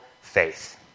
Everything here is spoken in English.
faith